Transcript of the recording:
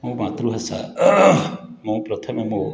ମୋ ମାତୃଭାଷା ମୁଁ ପ୍ରଥମେ ମୋ